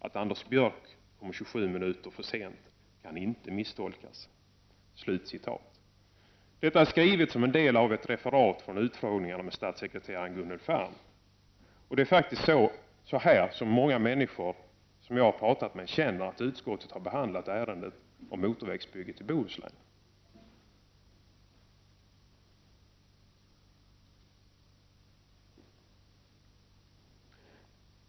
Att Anders Björck kommer 27 minuter för sent kan inte misstolkas.” Detta är skrivet som en del av ett referat från utfrågningen med statssekreteraren Gunnel Ferm, och det är faktiskt så här de många människor som jag har pratat med känner att utskottet har behandlat ärendet om motorvägsbygget i Bohuslän.